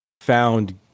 found